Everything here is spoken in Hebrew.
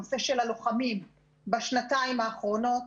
הנושא של הלוחמים בשנתיים האחרונות.